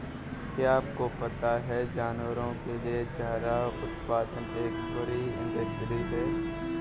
क्या आपको पता है जानवरों के लिए चारा उत्पादन एक बड़ी इंडस्ट्री है?